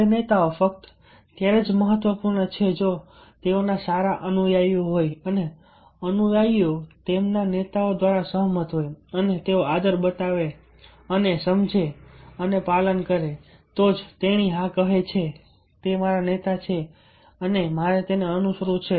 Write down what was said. હવે નેતાઓ ફક્ત ત્યારે જ મહત્વપૂર્ણ છે જો તેઓના સારા અનુયાયીઓ હોય અને અનુયાયીઓ તેમના નેતાઓ દ્વારા સહમત હોય અને તેઓ આદર બતાવે અને સમજે અને તેનું પાલન કરે જે તેણી હા કહે છે તે મારા નેતા છે અને મારે તેને અનુસરવાનું છે